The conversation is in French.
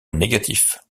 négatif